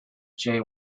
jay